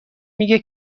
میگه